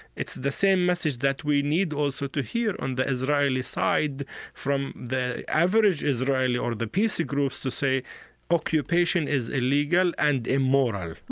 it's the same message that we need, also, to hear on the israeli side from the average israeli or the peace groups to say occupation is illegal and immoral.